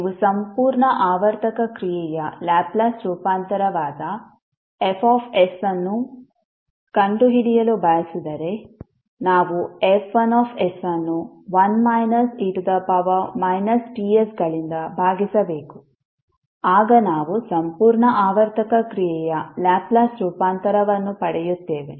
ನೀವು ಸಂಪೂರ್ಣ ಆವರ್ತಕ ಕ್ರಿಯೆಯ ಲ್ಯಾಪ್ಲೇಸ್ ರೂಪಾಂತರವಾದ Fs ಅನ್ನು ಕಂಡುಹಿಡಿಯಲು ಬಯಸಿದರೆ ನಾವು F1 ಅನ್ನು 1 − e−T s ಗಳಿಂದ ಭಾಗಿಸಬೇಕು ಆಗ ನಾವು ಸಂಪೂರ್ಣ ಆವರ್ತಕ ಕ್ರಿಯೆಯ ಲ್ಯಾಪ್ಲೇಸ್ ರೂಪಾಂತರವನ್ನು ಪಡೆಯುತ್ತೇವೆ